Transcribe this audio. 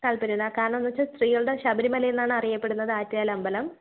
താൽപ്പര്യമുണ്ട് ആ കാരണമെന്തെന്നുവെച്ചാൽ സ്ത്രീകളുടെ ശബരിമലയെന്നാണ് അറിയപ്പെടുന്നത് ആറ്റുകാൽ അമ്പലം